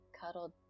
cuddled